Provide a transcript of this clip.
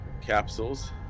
capsules